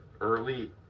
early